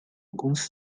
公司